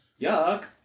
Yuck